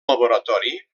laboratori